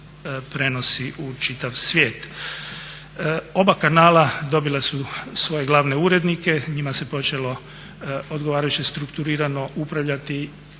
u čitav svijet. Oba kanala dobila su svoje glavne urednike, njima se počelo odgovarajuće strukturirano upravljati